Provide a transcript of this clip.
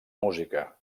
música